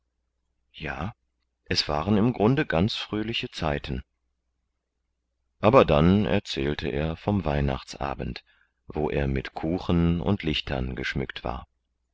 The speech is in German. ja es waren im grunde ganz fröhliche zeiten aber dann erzählte er vom weihnachtsabend wo er mit kuchen und lichtern geschmückt war